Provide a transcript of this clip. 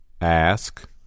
Ask